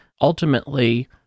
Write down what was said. ultimately